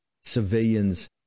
civilians